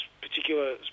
particular